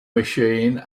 machine